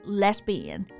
lesbian